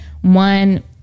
one